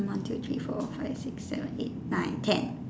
one two three four five six seven eight nine ten